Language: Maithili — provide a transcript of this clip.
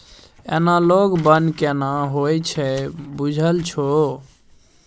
एनालॉग बन्न केना होए छै बुझल छौ?